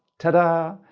tada,